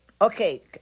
Okay